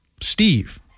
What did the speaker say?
Steve